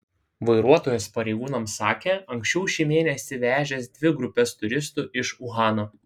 vairuotojas pareigūnams sakė anksčiau šį mėnesį vežęs dvi grupes turistų iš uhano